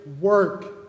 work